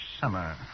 summer